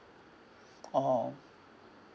oh